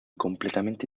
completamente